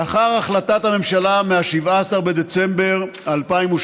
לאחר החלטת הממשלה מ-17 בדצמבר 2017